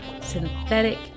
synthetic